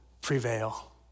prevail